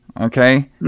Okay